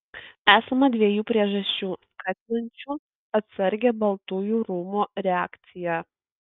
esama dviejų priežasčių skatinančių atsargią baltųjų rūmų reakciją